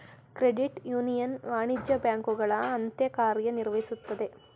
credit union ವಾಣಿಜ್ಯ ಬ್ಯಾಂಕುಗಳ ಅಂತೆ ಕಾರ್ಯ ನಿರ್ವಹಿಸುತ್ತದೆ